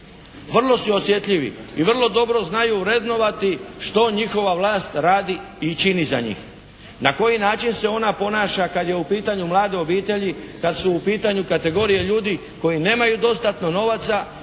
vrlo su osjetljivi i vrlo dobro znaju vrednovati što njihova vlast radi i čini za njih. Na koji način se ona ponaša kada su u pitanju mlade obitelji, kada su u pitanju kategorije ljudi koji nemaju dostatna novaca